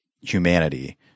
humanity